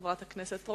חבר הכנסת זאב בילסקי,